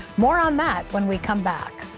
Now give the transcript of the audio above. more on that when we come back.